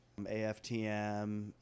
AFTM